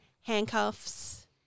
handcuffs